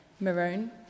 Maroon